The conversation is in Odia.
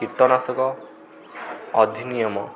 କୀଟନାଶକ ଅଧିନିୟମ